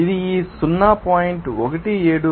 కాబట్టి ఇది ఈ 0